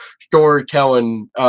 storytelling